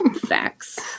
Facts